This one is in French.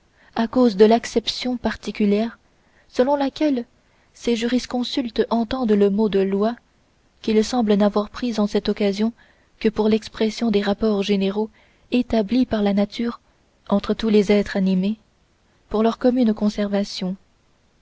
à cause de l'acception particulière selon laquelle ces jurisconsultes entendent le mot de loi qu'ils semblent n'avoir pris en cette occasion que pour l'expression des rapports généraux établis par la nature entre tous les êtres animés pour leur commune conservation